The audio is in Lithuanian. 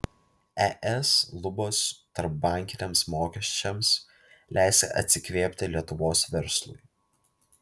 es lubos tarpbankiniams mokesčiams leis atsikvėpti lietuvos verslui